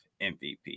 MVP